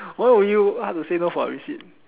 why would you hard to say no for a receipt